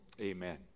Amen